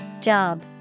Job